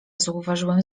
zauważyłem